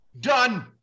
Done